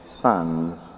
sons